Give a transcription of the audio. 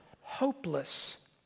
hopeless